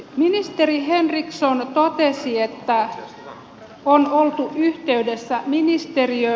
ministeri henriksson totesi että on oltu yhteydessä ministeriöön